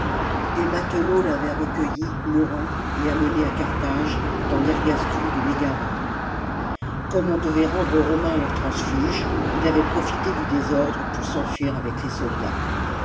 des matelots l'avaient recueilh mourant et amené à carthage dans fergastule de mégara comme on devait rendre aux romains leurs transfuges il avait profité du désordre pour s'enfuir avec les soldats